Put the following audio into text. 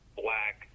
black